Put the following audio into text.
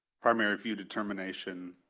primary view determination,